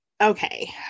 Okay